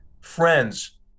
Friends